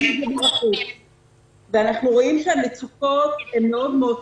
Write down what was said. אנחנו רואים שהמצוקות קשות מאוד.